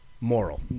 moral